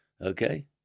Okay